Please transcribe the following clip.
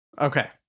Okay